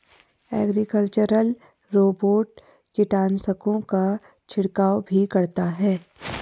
agricultural robot कीटनाशकों का छिड़काव भी करता है